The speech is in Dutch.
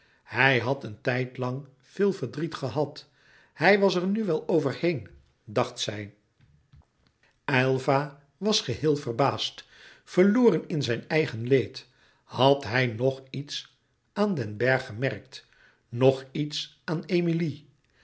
hij had een tijd lang veel verdriet gehad hij was er nu wel over heen dacht zij aylva was geheel verbaasd louis couperus metamorfoze verloren in zijn eigen leed had hij noch iets aan den bergh gemerkt noch iets aan emilie